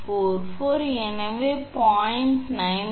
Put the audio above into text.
544 எனவே 0